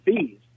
fees